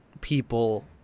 people